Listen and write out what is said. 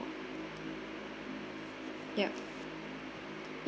ya